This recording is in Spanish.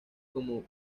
como